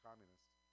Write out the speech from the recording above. Communists